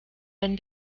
wenn